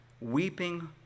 weeping